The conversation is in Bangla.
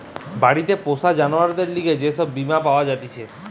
বাড়িতে পোষা জানোয়ারদের লিগে যে সব বীমা পাওয়া জাতিছে